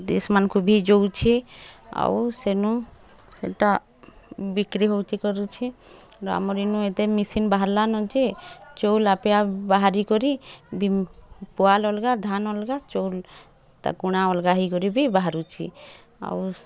ଦେଶ୍ମାନଙ୍କୁ ବି ଯାଉଛେ ଆଉ ସେନୁ ହେଟା ବିକ୍ରି ହଉଛେ କରୁଛେ ଆମର୍ ଇନୁ ଏତେ ମେସିନ୍ ବାହାରିଲାନ ଯେ ଚାଉଲ୍ ଆପେ ଆପେ ବାହାରିକରି ବି ପୁଆଲ୍ ଅଲଗା ଧାନ୍ ଅଲଗା ଚାଉଲ୍ ତା' କୁଣା ଅଲଗା ହେଇକରି ବି ବାହାରୁଛେ ଆଉ